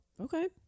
Okay